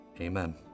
Amen